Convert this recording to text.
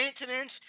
maintenance